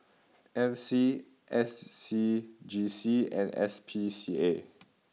M C S C G C and S P C A